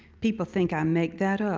people think i make that up,